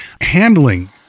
handling